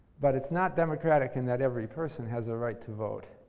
but it's not democratic in that every person has a right to vote.